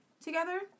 together